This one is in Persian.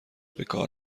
بکار